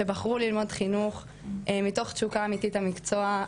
שבחרו ללמוד חינוך מתוך תשוקה אמיתית למקצוע,